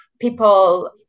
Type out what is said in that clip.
people